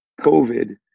COVID